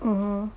mmhmm